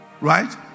right